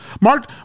Mark